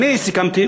אני סיכמתי,